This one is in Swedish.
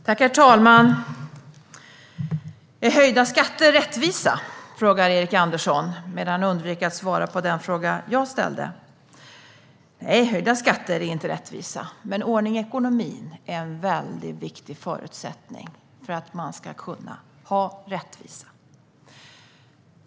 Herr talman! Är höjda skatter rättvisa? frågar Erik Andersson, men han undviker att svara på den fråga jag ställde. Nej, höjda skatter är inte rättvisa, men ordning i ekonomin är en väldigt viktig förutsättning för att man ska kunna ha rättvisa.